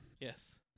Yes